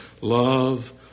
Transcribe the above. Love